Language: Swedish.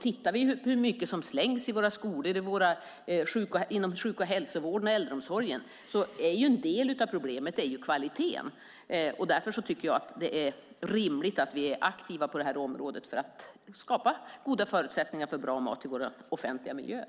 Tittar vi hur mycket som slängs i våra skolor, inom sjuk och hälsovården och äldreomsorgen är en del av problemet kvaliteten. Därför är det rimligt att vi är aktiva på området för att skapa goda förutsättningar för bra mat i våra offentliga miljöer.